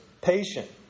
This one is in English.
patient